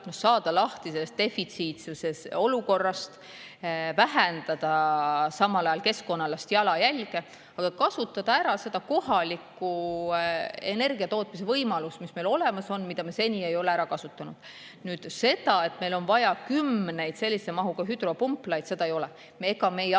saada lahti sellest defitsiitsuse olukorrast, vähendada samal ajal keskkonnaalast jalajälge, aga kasutada ära ka kohalikku energiatootmise võimalust, mis meil olemas on ja mida me seni ei ole ära kasutanud. Seda, et meil oleks vaja kümneid sellise mahuga hüdropumplaid, ei ole. Ega me ei hakka